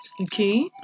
okay